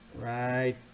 Right